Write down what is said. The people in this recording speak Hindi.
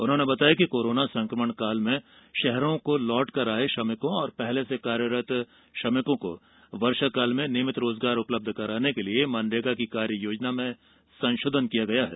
उन्होंने बताया कि कोरोना संक्रमण काल में शहरों लौटकर आए श्रमिकों और पहले से कार्यरत श्रमिकों को वर्षा काल में नियमित रोजगार उपलब्ध कराने के लिए मनरेगा की कार्य योजना में संशोधन किया गया है